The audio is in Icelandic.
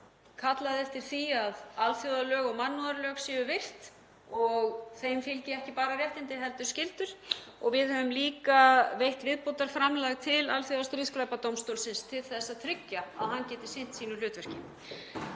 kallað eftir því að alþjóðalög og mannúðarlög séu virt, þeim fylgja ekki bara réttindi heldur einnig skyldur. Við höfum líka veitt viðbótarframlag til Alþjóðlega stríðsglæpadómstólsins til þess að tryggja að hann geti sinnt sínu hlutverki.